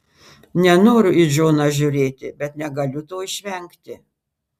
nenoriu į džoną žiūrėti bet negaliu to išvengti